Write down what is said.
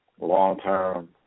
long-term